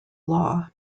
law